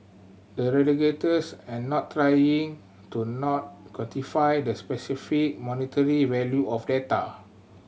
the regulators are not trying to not quantify the specific monetary value of data